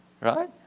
right